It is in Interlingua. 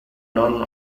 non